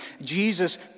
Jesus